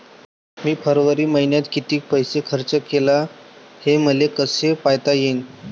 मी फरवरी मईन्यात कितीक पैसा खर्च केला, हे मले कसे पायता येईल?